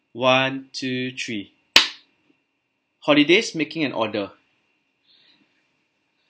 one two three holidays making an order